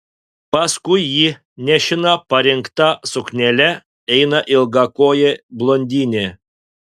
paskui jį nešina parinkta suknele eina ilgakojė blondinė